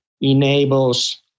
enables